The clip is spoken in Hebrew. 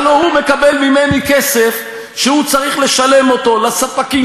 הלוא הוא מקבל ממני כסף שהוא צריך לשלם לספקים